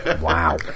Wow